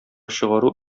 чыгару